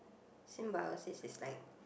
symbiosis is like